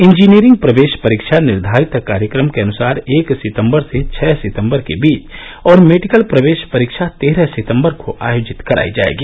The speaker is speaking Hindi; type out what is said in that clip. इंजीनियरिंग प्रवेश परीक्षा निर्धारित कार्यक्रम के अनुसार एक सितम्बर से छह सितम्बर के बीच और मेडिकल प्रवेश परीक्षा तेरह सितम्बर को आयोजित कराई जायेगी